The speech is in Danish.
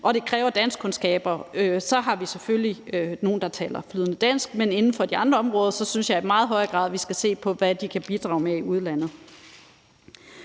at det kræver danskkundskaber, har vi selvfølgelig nogle, der taler flydende dansk, men inden for de andre områder synes jeg i meget højere grad vi skal se på, hvad de kan bidrage med fra udlandet.